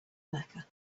mecca